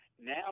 Now